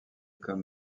comme